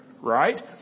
right